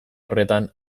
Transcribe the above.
horretan